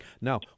Now